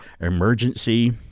Emergency